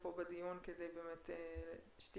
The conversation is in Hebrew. בין 2019 ל-2020 יש עלייה משמעותית.